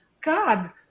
God